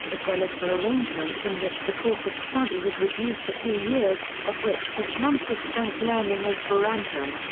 as well as for arrangements in which the course of study was reduced to two years, of which six months is spent learning esperanto.